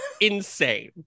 insane